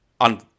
on